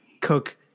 cook